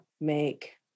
make